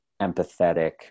empathetic